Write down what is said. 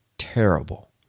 terrible